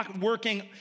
working